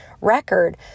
record